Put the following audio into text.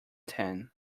ten